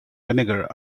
vinegar